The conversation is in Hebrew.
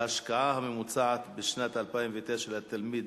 ההשקעה הממוצעת בשנת 2009 לתלמיד